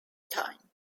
time